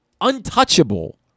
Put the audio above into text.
untouchable